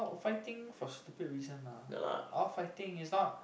fighting for stupid reason ah or fighting is not